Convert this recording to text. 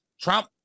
Trump